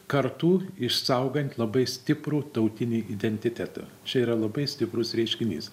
kartu išsaugant labai stiprų tautinį identitetą čia yra labai stiprus reiškinys